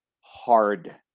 hard